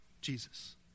Jesus